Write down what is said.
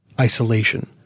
isolation